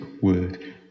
word